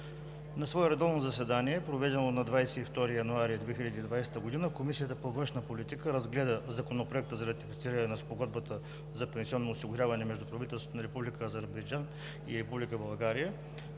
На свое редовно заседание, проведено на 22 януари 2020 г., Комисията по външна политика разгледа Законопроект за ратифициране на Спогодбата за пенсионно осигуряване между правителството на Република България